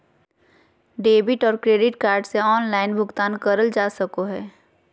debit और credit card से online भुगतान करल जा सको हय